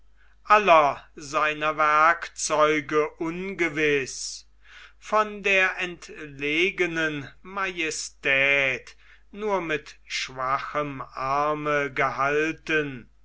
aller seiner werkzeuge ungewiß von der entlegenen majestät nur mit schwachem arme gehalten